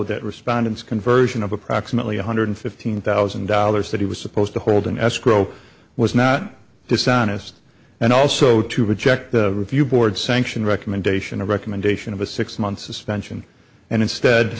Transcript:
that respondents conversion of approximately one hundred fifteen thousand dollars that he was supposed to hold in escrow was not dishonest and also to reject review board sanction recommendation a recommendation of a six month suspension and instead to